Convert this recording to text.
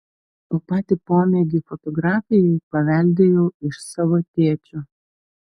o patį pomėgį fotografijai paveldėjau iš savo tėčio